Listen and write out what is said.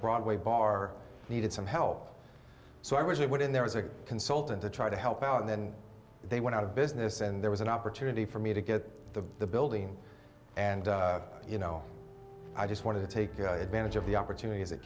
broadway bar needed some help so i would and there was a consultant to try to help out and then they went out of business and there was an opportunity for me to get the building and you know i just wanted to take advantage of the opportunities that